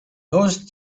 those